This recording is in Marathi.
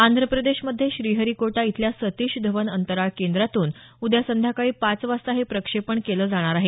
आंध्र प्रदेशमध्ये श्रीहरीकोटा इथल्या सतीश धवन अंतराळ केंद्रातून उद्या संध्याकाळी पाच वाजता हे प्रक्षेपण केलं जाणार आहे